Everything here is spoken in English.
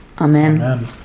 Amen